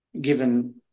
given